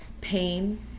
pain